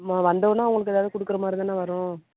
மா வந்தோன்னே அவங்களுக்கு ஏதாவது கொடுக்கற மாதிரி தான் வரும்